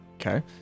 Okay